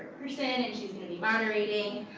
person, and she's gonna be moderating.